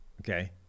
okay